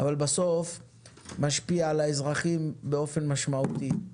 אבל בסוף משפיע על האזרחים באופן משמעותי.